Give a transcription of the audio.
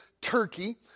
Turkey